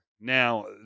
Now